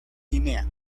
guinea